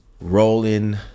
rolling